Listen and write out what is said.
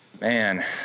man